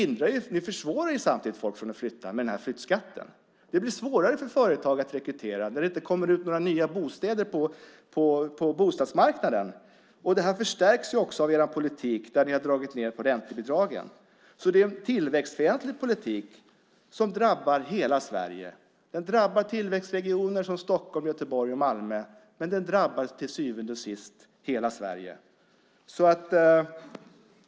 Ni försvårar för folk att flytta med den här flyttskatten. Det blir svårare för företag att rekrytera när det inte kommer ut några nya bostäder på bostadsmarknaden. Det här förstärks också av er politik där ni har dragit ned på räntebidragen. Det är en tillväxtfientlig politik som drabbar hela Sverige. Den drabbar tillväxtregioner som Stockholm, Göteborg och Malmö. Den drabbar till syvende och sist hela Sverige.